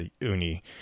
Uni